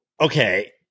Okay